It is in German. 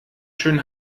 schön